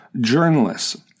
journalists